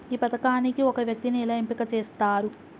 ఈ పథకానికి ఒక వ్యక్తిని ఎలా ఎంపిక చేస్తారు?